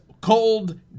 cold